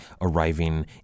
arriving